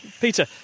Peter